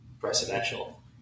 presidential